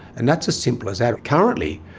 and that's as simple as that. currently,